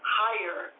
higher